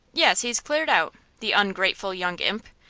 yes he's cleared out, the ungrateful young imp!